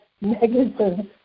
negative